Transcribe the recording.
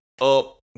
up